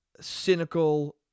cynical